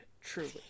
Truly